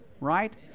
Right